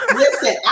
listen